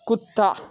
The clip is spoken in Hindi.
कुत्ता